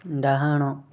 ଡ଼ାହାଣ